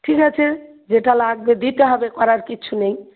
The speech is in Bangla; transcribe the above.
ঠিক আছে যেটা লাগবে দিতে হবে করার কিচ্ছু নেই